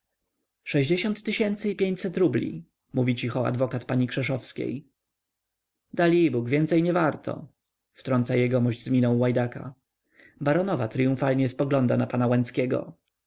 sześćdziesiąt tysięcy i pięćset rubli mówi cicho adwokat pani krzeszowskiej dalibóg więcej nie warto wtrąca jegomość z miną łajdaka baronowa tryumfalnie spogląda na pana łęckiego